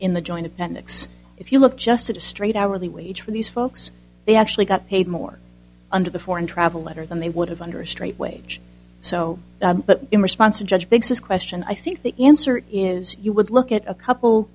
in the joint appendix if you look just at a straight hourly wage for these folks they actually got paid more under the foreign travel letter than they would have under a straight wage so but in response to judge biggs's question i think the answer is you would look at a couple